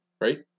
right